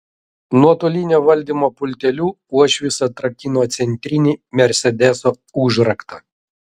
nuotolinio valdymo pulteliu uošvis atrakino centrinį mersedeso užraktą